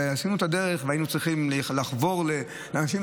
ועשינו את הדרך והיינו צריכים לחבור לאנשים,